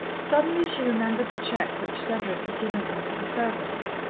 suddenly she remembered the cheque which cedric had given her for the servants.